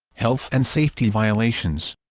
health and safety violations